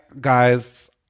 guys